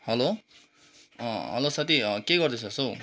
hello hello साथी के गर्दैछस् हौ